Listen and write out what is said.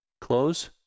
close